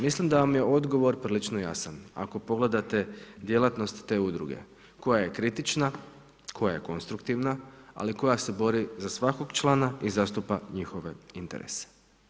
Mislim da vam je odgovor prilično jasan, ako pogledate djelatnosti te udruge koja je kritična, koja je konstruktivna, ali koja se bori za svakog člana i zastupa njihove interese.